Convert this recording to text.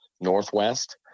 northwest